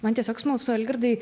man tiesiog smalsu algirdai